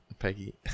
peggy